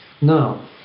Now